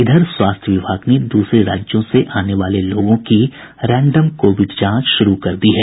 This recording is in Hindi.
इधर स्वास्थ्य विभाग ने दूसरे राज्यों से आने वाले लागों की रैंडम कोविड जांच शुरू कर दी है